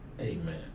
Amen